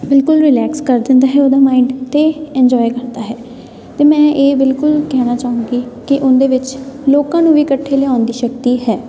ਬਿਲਕੁਲ ਰਿਲੈਕਸ ਕਰ ਦਿੰਦਾ ਹੈ ਉਹਦਾ ਮਾਇੰਡ ਅਤੇ ਇੰਜੋਏ ਕਰਦਾ ਹੈ ਅਤੇ ਮੈਂ ਇਹ ਬਿਲਕੁਲ ਕਹਿਣਾ ਚਾਹੂੰਗੀ ਕਿ ਉਹਦੇ ਵਿੱਚ ਲੋਕਾਂ ਨੂੰ ਵੀ ਇਕੱਠੇ ਲਿਆਉਣ ਦੀ ਸ਼ਕਤੀ ਹੈ